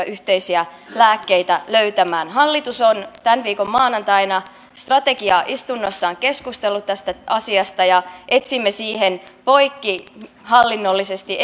yhteisiä lääkkeitä löytämään hallitus on tämän viikon maanantaina strategiaistunnossaan keskustellut tästä asiasta ja etsimme siihen poikkihallinnollisesti